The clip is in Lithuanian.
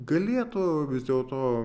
galėtų vis dėlto